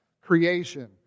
creation